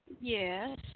Yes